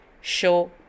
show